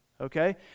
okay